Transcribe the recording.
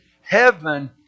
Heaven